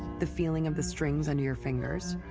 the feeling of the strings under your fingers,